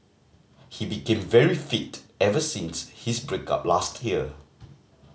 he became very fit ever since his break up last year